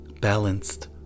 balanced